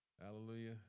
Hallelujah